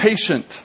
patient